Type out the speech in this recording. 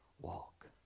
walk